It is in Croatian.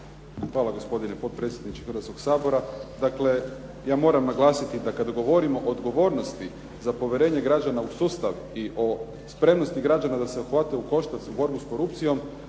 Hvala gospodine potpredsjedniče Hrvatskog sabora. Dakle, ja moram naglasiti da kada govorimo o odgovornosti za povjerenje građana u sustav i o spremnosti građana da se uhvate u koštac u borbi s korupcijom,